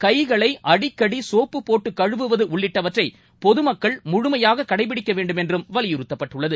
கைகளைஅடிக்கடிசோப்பு போட்டுகழுவுவதுஉள்ளிட்டவற்றைபொதுமக்கள் முழுமையாககடைப்பிடிக்கவேண்டும் என்றம் வலியுறுத்தப்பட்டுள்ளது